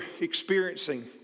experiencing